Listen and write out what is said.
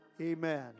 Amen